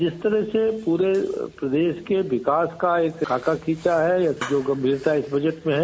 जिस तरह से पूरे पदेश के विकास का एक खाका खींचा है जो गंभीरता इस बजट में है